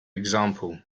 example